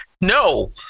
no